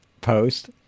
post